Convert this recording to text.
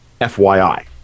FYI